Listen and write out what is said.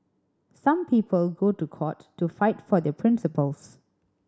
some people go to court to fight for their principles